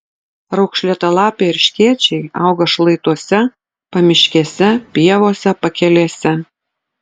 raukšlėtalapiai erškėčiai auga šlaituose pamiškėse pievose pakelėse